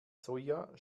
soja